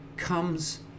comes